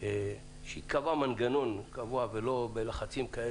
טובה וייקבע מנגנון קבוע בלי לחצים או